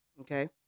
okay